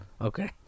Okay